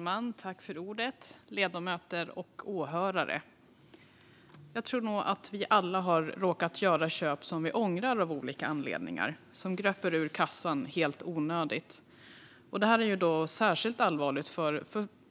Fru talman, ledamöter och åhörare! Jag tror att vi alla har råkat göra köp som vi ångrar av olika anledningar och som gröper ur kassan helt i onödan. Detta är särskilt allvarligt för